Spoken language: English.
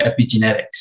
epigenetics